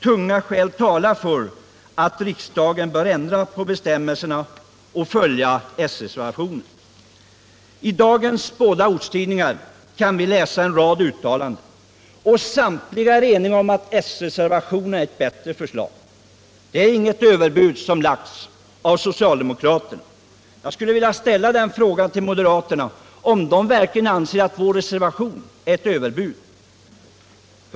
Tunga skäl talar för att riksdagen bör ändra på bestämmelserna och följa s-reservationen. I dagens båda ortstidningar kan vi läsa en rad uttalanden, och samtliga är eniga om att s-reservationen är ett bättre förslag. Det är inget överbud som lagts av socialdemokraterna. Jag skulle vilja fråga moderaterna om de verkligen anser vår reservation vara ett överbud.